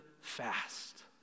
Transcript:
fast